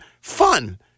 fun